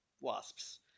wasps